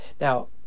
Now